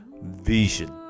vision